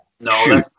No